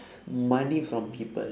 money from people